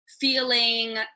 feeling